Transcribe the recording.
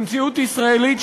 במציאות הישראלית,